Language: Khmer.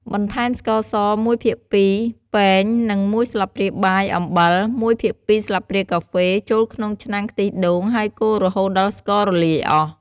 បន្ថែមស្ករស ១ភាគ២ ពែង និង ១ ស្លាបព្រាបាយ អំបិល ១ភាគ២ ស្លាបព្រាកាហ្វេ ចូលក្នុងឆ្នាំងខ្ទិះដូង ហើយកូររហូតដល់ស្កររលាយអស់។